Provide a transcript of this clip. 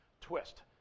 Twist